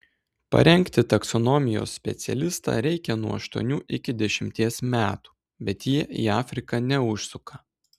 parengti taksonomijos specialistą reikia nuo aštuonių iki dešimties metų bet jie į afriką neužsuka